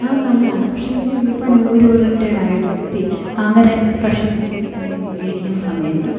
അതു നല്ലതാണ് പക്ഷെയെങ്കിൽ ഇപ്പെന്നോരോ റിട്ടയേഡായൊരു വ്യക്തി അങ്ങനെ കഷി വീട്ടിൽ തന്നെ ഇരിക്കുന്ന സമയത്ത്